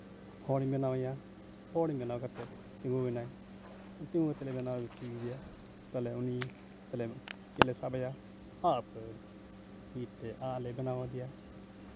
ᱦᱚᱲᱤᱧ ᱵᱮᱱᱟᱣ ᱮᱭᱟ ᱦᱚᱲ ᱵᱮᱱᱟᱣ ᱠᱟᱛᱮᱫ ᱛᱤᱸᱜᱩᱭᱮᱱᱟᱭ ᱛᱤᱸᱜᱩ ᱠᱟᱛᱮᱫ ᱞᱮ ᱵᱮᱱᱟᱣ ᱦᱚᱪᱚ ᱠᱮᱫᱮᱭᱟ ᱛᱟᱦᱚᱞᱮ ᱩᱱᱤ ᱛᱟᱦᱚᱞᱮ ᱪᱮᱫ ᱞᱮ ᱥᱟᱵ ᱟᱭᱟ ᱟᱸᱜᱼᱟᱹᱯᱟᱹᱲᱤ ᱢᱤᱫᱴᱮᱱ ᱟᱸᱜ ᱞᱮ ᱵᱮᱱᱟᱣ ᱟᱫᱮᱭᱟ